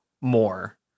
more